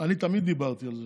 אני תמיד דיברתי על זה